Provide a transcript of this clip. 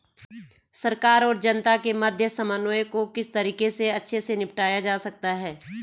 सरकार और जनता के मध्य समन्वय को किस तरीके से अच्छे से निपटाया जा सकता है?